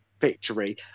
victory